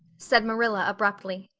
said marilla abruptly,